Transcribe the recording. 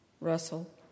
Russell